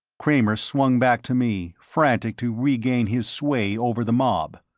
kramer swung back to me, frantic to regain his sway over the mob.